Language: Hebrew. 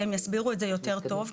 והם יסבירו את זה יותר טוב,